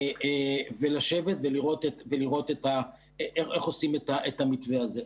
לשבת ולראות איך עושים את המתווה הזה.